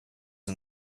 and